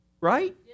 Right